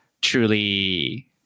truly